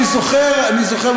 אני זוכר, אני זוכר.